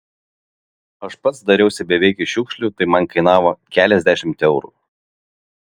aš pats dariausi beveik iš šiukšlių tai man kainavo keliasdešimt eurų